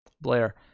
Blair